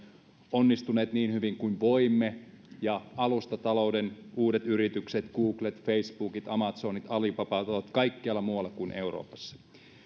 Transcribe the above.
onnistuneet niin hyvin kuin voimme ja alustatalouden uudet yritykset googlet facebookit amazonit alibabat ovat kaikkialla muualla kuin euroopassa